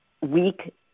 weak